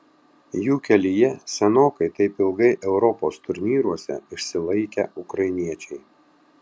jų kelyje senokai taip ilgai europos turnyruose išsilaikę ukrainiečiai